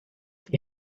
die